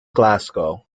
glasgow